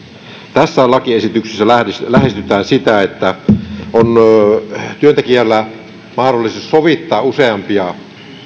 tässä lakiesityksessä lähestytään sitä että on työntekijällä mahdollisuus sovittaa useampia